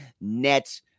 net